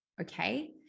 Okay